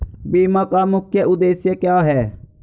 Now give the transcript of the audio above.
बीमा का मुख्य उद्देश्य क्या है?